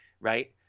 right